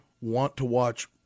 want-to-watch